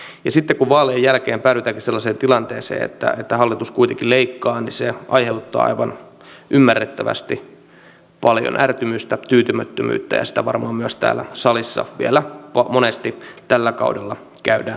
ja sitten kun vaalien jälkeen päädytäänkin sellaiseen tilanteeseen että hallitus kuitenkin leikkaa niin se aiheuttaa aivan ymmärrettävästi paljon ärtymystä ja tyytymättömyyttä ja sitä varmaan myös täällä salissa vielä monesti tällä kaudella käydään läpi